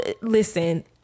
listen